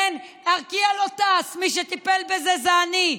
כן, ארקיע לא טסה, מי שטיפל בזה זה אני.